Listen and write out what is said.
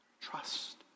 trust